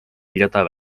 pidada